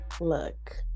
look